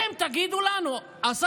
תגידו לנו אתם.